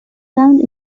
bound